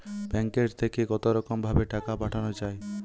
ব্যাঙ্কের থেকে কতরকম ভাবে টাকা পাঠানো য়ায়?